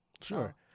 Sure